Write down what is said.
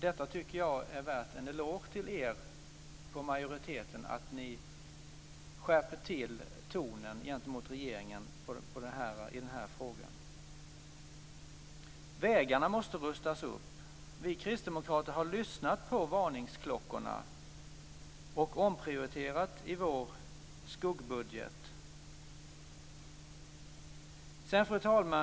Det är värt en eloge till er i majoriteten att ni skärpte tonen mot regeringen i den här frågan. - Vägarna måste rustas upp. Vi kristdemokrater har lyssnat på varningsklockorna och omprioriterat i vår skuggbudget. Fru talman!